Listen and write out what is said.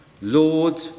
Lord